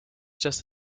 just